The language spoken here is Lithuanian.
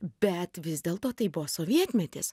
bet vis dėlto tai buvo sovietmetis